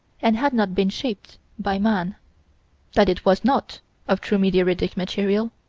and had not been shaped by man that it was not of true meteoritic material,